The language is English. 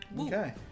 Okay